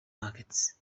markets